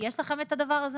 יש לכם את הדבר הזה?